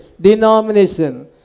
denomination